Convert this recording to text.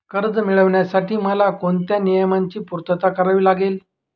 कर्ज मिळविण्यासाठी मला कोणत्या नियमांची पूर्तता करावी लागेल?